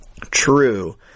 true